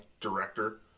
director